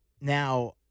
Now